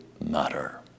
matter